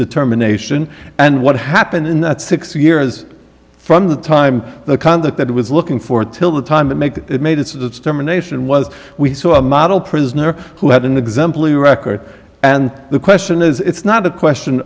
determination and what happened in that six years from the time the conduct that it was looking for until the time to make it made its germination was we saw a model prisoner who had an exemplary record and the question is it's not a question